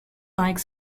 like